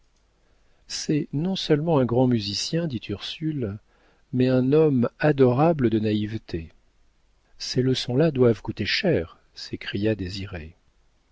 matin c'est non-seulement un grand musicien dit ursule mais un homme adorable de naïveté ces leçons là doivent coûter cher